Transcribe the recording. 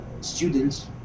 students